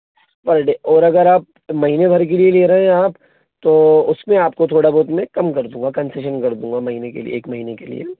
पर डे और अगर आप महीने भर के लिए ले रहे हैं आप तो उस में आपको थोड़ा बहुत मैं कम कर दूँगा कन्सेशन कर दूँगा महीने के लिए एक महीने के लिए